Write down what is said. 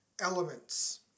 elements